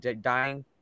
dying